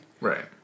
Right